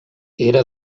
era